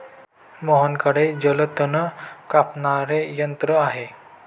मोहनकडे जलतण कापणारे यंत्र आहे